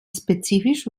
spezifisch